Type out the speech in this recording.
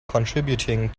contributing